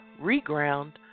reground